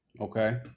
Okay